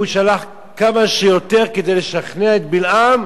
הוא שלח כמה שיותר כדי לשכנע את בלעם,